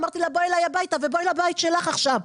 אמרתי לה: בואי אליי הביתה ובואי לבית שלך עכשיו,